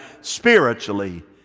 spiritually